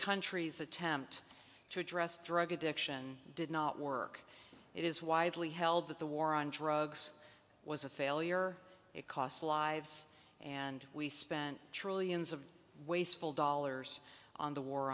country's attempt to address drug addiction did not work it is widely held that the war on drugs was a failure it cost lives and we spent trillions of wasteful dollars on the war